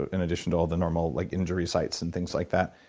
in addition to all the normal like injury sites and things like that,